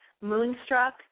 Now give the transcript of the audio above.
Moonstruck